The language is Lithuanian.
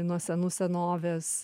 nuo senų senovės